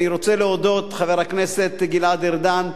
ואני רוצה להודות לחבר הכנסת והשר גלעד ארדן,